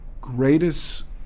greatest